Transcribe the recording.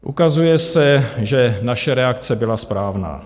Ukazuje se, že naše reakce byla správná.